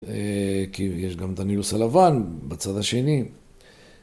כי יש גם את הנילוס הלבן בצד השני.